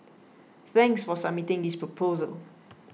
thanks for submitting this proposal